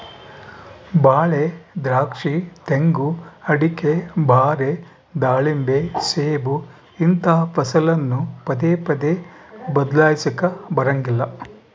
ಬಾಳೆ, ದ್ರಾಕ್ಷಿ, ತೆಂಗು, ಅಡಿಕೆ, ಬಾರೆ, ದಾಳಿಂಬೆ, ಸೇಬು ಇಂತಹ ಫಸಲನ್ನು ಪದೇ ಪದೇ ಬದ್ಲಾಯಿಸಲಾಕ ಬರಂಗಿಲ್ಲ